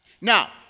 Now